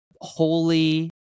holy